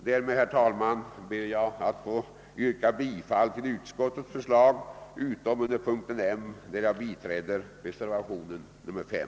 Därmed, herr talman, ber jag att få yrka bifall till utskottets förslag utom under moment M, där jag biträder reservationen 5.